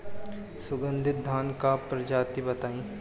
सुगन्धित धान क प्रजाति बताई?